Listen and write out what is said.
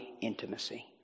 intimacy